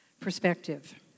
perspective